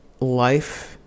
life